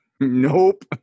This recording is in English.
Nope